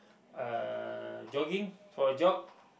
uh jogging for a jog